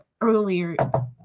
earlier